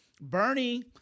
Bernie